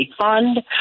fund